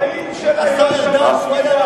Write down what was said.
בחיים שלה היא לא שמעה פה מלה.